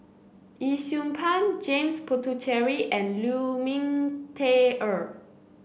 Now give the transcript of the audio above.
Yee Siew Pun James Puthucheary and Lu Ming Teh Earl